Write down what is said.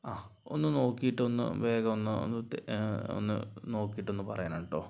ആഹ് ഒന്ന് നോക്കിയിട്ട് ഒന്ന് വേഗം ഒന്ന് ഒന്ന് നോക്കിയിട്ട് ഒന്ന് പറയണം കേട്ടോ